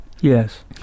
Yes